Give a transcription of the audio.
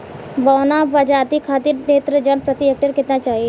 बौना प्रजाति खातिर नेत्रजन प्रति हेक्टेयर केतना चाही?